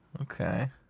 Okay